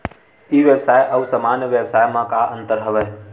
ई व्यवसाय आऊ सामान्य व्यवसाय म का का अंतर हवय?